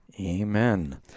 Amen